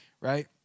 right